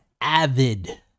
avid